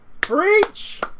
Preach